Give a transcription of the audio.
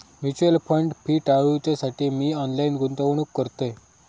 mutual fund fee टाळूच्यासाठी मी online गुंतवणूक करतय